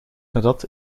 nadat